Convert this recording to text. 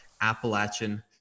Appalachian